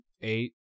eight